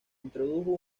introdujo